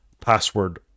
password